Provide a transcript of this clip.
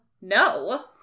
No